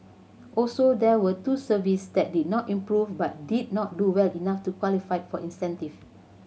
also there were two services that did not improve but did not do well enough to qualify for incentive